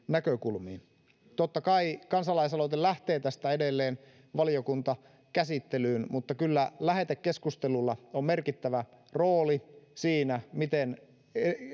näkökulmiin totta kai kansalaisaloite lähtee tästä edelleen valiokuntakäsittelyyn mutta kyllä lähetekeskustelulla on merkittävä rooli siinä miten